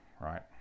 right